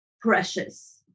precious